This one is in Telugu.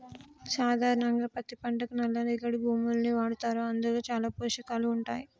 సాధారణంగా పత్తి పంటకి నల్ల రేగడి భూముల్ని వాడతారు అందులో చాలా పోషకాలు ఉంటాయి